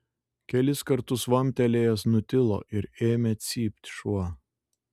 kelis kartus vamptelėjęs nutilo ir ėmė cypt šuo